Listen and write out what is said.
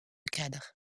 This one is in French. cadre